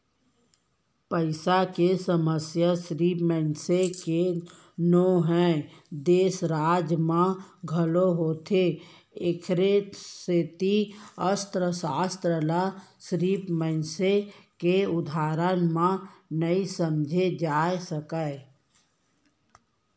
पइसा के समस्या सिरिफ मनसे के नो हय, देस, राज म घलोक होथे एखरे सेती अर्थसास्त्र ल सिरिफ मनसे के उदाहरन म नइ समझे जा सकय